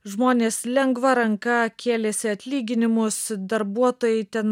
žmonės lengva ranka kėlėsi atlyginimus darbuotojai ten